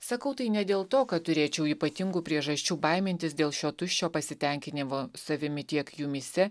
sakau tai ne dėl to kad turėčiau ypatingų priežasčių baimintis dėl šio tuščio pasitenkinimo savimi tiek jumyse